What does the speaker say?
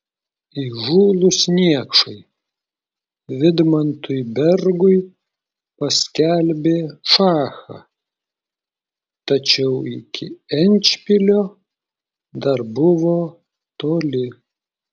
įžūlūs niekšai vidmantui bergui paskelbė šachą tačiau iki endšpilio dar buvo toli